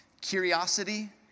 curiosity